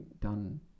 done